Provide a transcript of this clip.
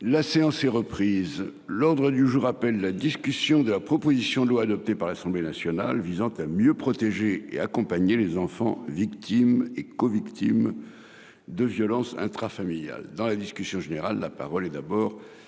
La séance est reprise. L'ordre du jour appelle la discussion de la proposition de loi, adoptée par l'Assemblée nationale, visant à mieux protéger et accompagner les enfants victimes et covictimes de violences intrafamiliales (proposition n° 344, texte de la